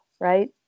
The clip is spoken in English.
right